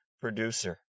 producer